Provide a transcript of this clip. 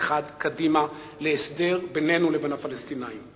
אחד קדימה להסדר בינינו לבין הפלסטינים.